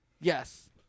Yes